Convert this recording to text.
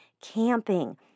camping